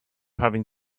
having